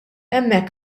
hemmhekk